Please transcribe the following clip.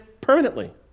permanently